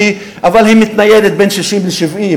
שלי אבל היא מתניידת בין 60 ל-70,